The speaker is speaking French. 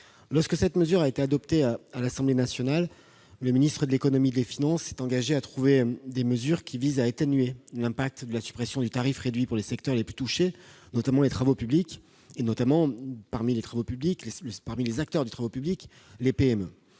Lorsque cette disposition a été adoptée à l'Assemblée nationale, le ministre de l'économie et des finances s'est engagé à trouver des mesures visant à atténuer l'impact de la suppression du tarif réduit pour les secteurs les plus touchés, notamment les travaux publics et parmi les acteurs des travaux publics, les PME.